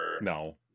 no